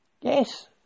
Yes